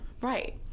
Right